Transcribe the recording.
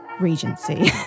regency